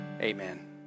amen